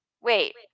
Wait